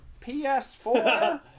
PS4